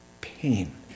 pain